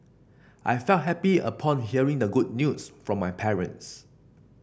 I felt happy upon hearing the good news from my parents